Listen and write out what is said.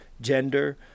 gender